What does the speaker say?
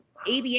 ABA